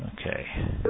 Okay